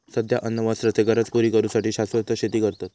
सध्या अन्न वस्त्राचे गरज पुरी करू साठी शाश्वत शेती करतत